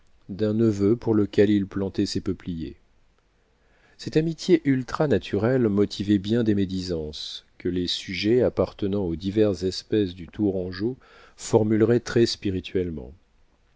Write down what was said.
d'un neveu pour lequel il plantait ses peupliers cette amitié ultra naturelle motivait bien des médisances que les sujets appartenant aux diverses espèces du tourangeau formulaient